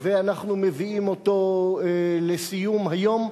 ואנחנו מביאים אותו לסיום היום.